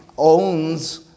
owns